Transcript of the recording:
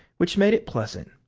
which made it pleasant,